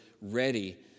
ready